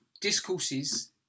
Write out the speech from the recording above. discourses